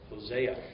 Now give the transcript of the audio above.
Hosea